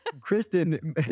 Kristen